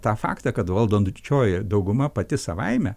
tą faktą kad valdančioji dauguma pati savaime